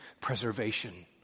preservation